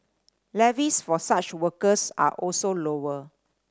levies for such workers are also lower